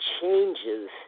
changes